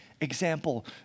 example